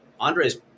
Andre's